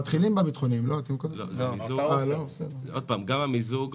גם המיזוג,